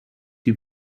die